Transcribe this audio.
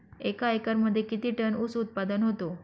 एका एकरमध्ये किती टन ऊस उत्पादन होतो?